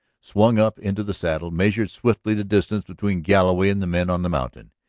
swung up into the saddle, measured swiftly the distance between galloway and the men on the mountain.